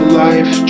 life